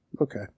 Okay